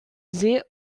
sehr